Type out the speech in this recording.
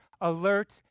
alert